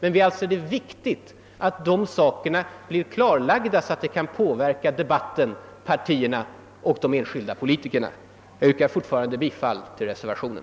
Vi anser det i stället viktigt att dessa frågor klarläggs så att debatten, partierna och de enskilda politikerna får bättre grund för sitt handlande. Jag yrkar fortfarande bifall till reservationen.